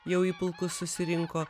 jau į pulkus susirinko